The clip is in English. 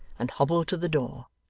and hobbled to the door,